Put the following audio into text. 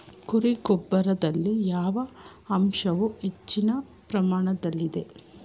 ಕುರಿ ಗೊಬ್ಬರದಲ್ಲಿ ಯಾವ ಅಂಶವು ಹೆಚ್ಚಿನ ಪ್ರಮಾಣದಲ್ಲಿದೆ?